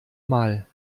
mal